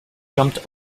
jumped